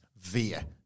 via